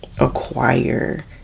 acquire